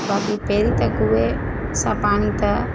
बाक़ी पहिरियों त खुह सां पाणी त